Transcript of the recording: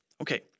Okay